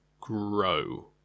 grow